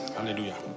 Hallelujah